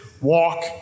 walk